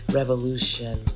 revolution